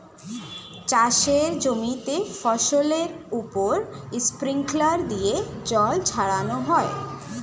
চাষের জমিতে ফসলের উপর স্প্রিংকলার দিয়ে জল ছড়ানো হয়